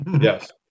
Yes